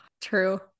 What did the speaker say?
True